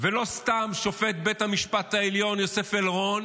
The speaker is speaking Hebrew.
ולא סתם שופט בית המשפט העליון יוסף אלרון